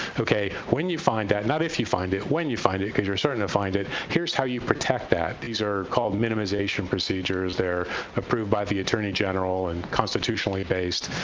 when you find that, not if you find it, when you find it, because you're certain to find it, here's how you protect that. these are called minimization procedures. they're approved by the attorney general and constitutionally based.